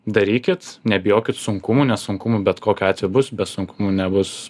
darykit nebijokit sunkumų nes sunkumų bet kokiu atveju bus be sunkumų nebus